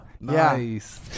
Nice